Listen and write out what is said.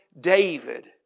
David